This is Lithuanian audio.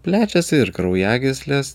plečiasi ir kraujagyslės